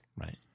Right